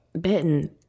bitten